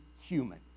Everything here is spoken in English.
human